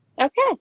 Okay